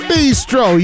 Bistro